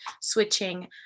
switching